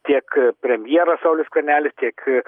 tiek premjeras saulius skvernelis tiek